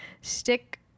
stick